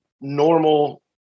normal